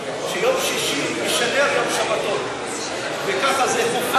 שיום שישי יישאר יום שבתון וככה זה, ?